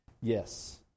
Yes